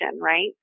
right